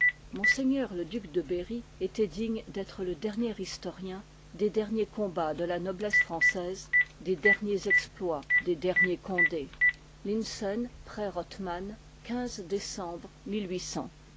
m le duc de berry étoit digne d'être le dernier historien des derniers combats de la noblesse française des derniers exploits des derniers condés